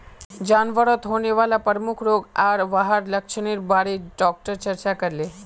जानवरत होने वाला प्रमुख रोग आर वहार लक्षनेर बारे डॉक्टर चर्चा करले